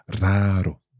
Raro